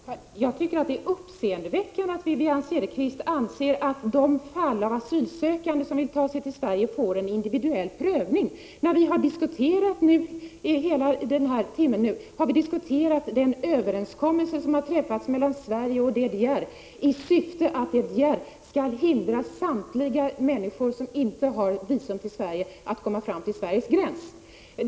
Herr talman! Jag tycker det är uppseendeväckande att Wivi-Anne Cederqvist anser att de asylsökande som vill ta sig till Sverige får en individuell prövning av sina fall. Vi har ju under den senaste timmen diskuterat den överenskommelse som har träffats mellan Sverige och DDR i syfte att DDR skall hindra samtliga människor som inte har visum till Sverige att komma fram till Sveriges gräns.